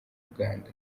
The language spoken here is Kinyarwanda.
uganda